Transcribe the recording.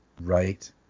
right